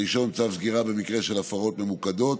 הראשון, צו סגירה במקרה של הפרות ממוקדות